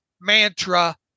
mantra